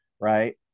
right